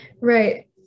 Right